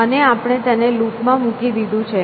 અને આપણે તેને લૂપ માં મૂકી દીધું છે